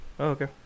Okay